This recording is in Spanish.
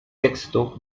texto